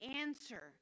answer